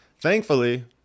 thankfully